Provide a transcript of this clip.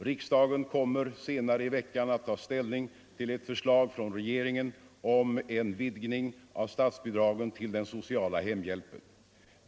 Riksdagen kommer senare i veckan att ta ställning till ett förslag från regeringen om en vidgning av statsbidragen till den sociala hemhjälpen.